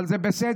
אבל זה בסדר,